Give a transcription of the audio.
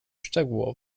szczegółowo